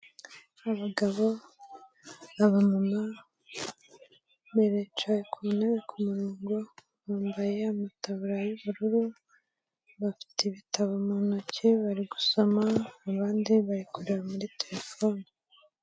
Abagabo n'abamama, bicaye ku ntebe ku murongo, bambaye amataburiya y'ubururu, bafite ibitabo mu ntoki, bari gusoma, abandi bari kureba muri telefone.